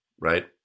right